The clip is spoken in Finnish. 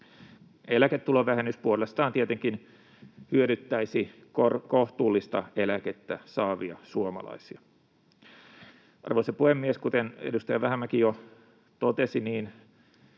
Eläketulovähennys puolestaan tietenkin hyödyttäisi kohtuullista eläkettä saavia suomalaisia. Arvoisa puhemies! Kuten edustaja Vähämäki jo totesi,